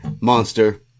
Monster